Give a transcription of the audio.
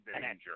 danger